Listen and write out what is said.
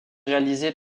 réalisées